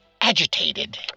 agitated